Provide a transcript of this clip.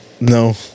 no